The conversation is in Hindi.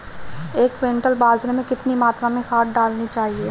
एक क्विंटल बाजरे में कितनी मात्रा में खाद डालनी चाहिए?